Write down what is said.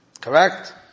Correct